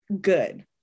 good